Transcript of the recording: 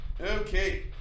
Okay